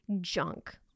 junk